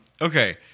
Okay